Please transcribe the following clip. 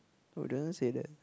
oh doesn't say that